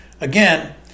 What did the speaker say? Again